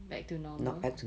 back to normal